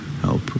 help